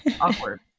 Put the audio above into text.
Awkward